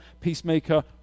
Peacemaker